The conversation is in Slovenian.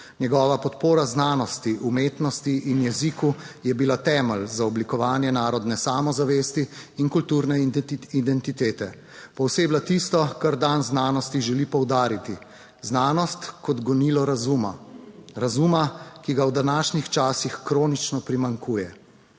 Njegova podpora znanosti, umetnosti in jeziku je bila temelj za oblikovanje narodne samozavesti in kulturne identitete. Pooseblja tisto, kar dan znanosti želi poudariti. Znanost kot gonilo razuma. Razuma, ki ga v današnjih časih kronično primanjkuje.